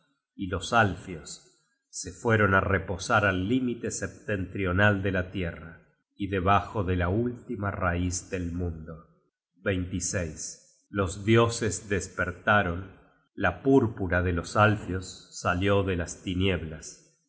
y los alfios se fueron á reposar al límite setentrional de la tierra y debajo de la última raiz del mundo los dioses despertaron la púrpura de la noche las